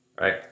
right